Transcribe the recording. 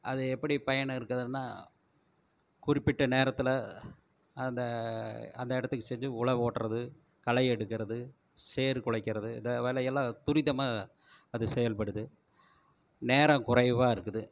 அது எப்படி பயன் இருக்குதுன்னால் குறிப்பிட்ட நேரத்தில் அந்த அந்த இடத்துக்குச் சென்று உழவு ஓட்டுறது களை எடுக்கிறது சேறு குழைக்கிறது இந்த வேலையெல்லாம் துரிதமாக அது செயல்படுது நேரம் குறைவா இருக்குது